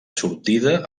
sortida